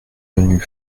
menus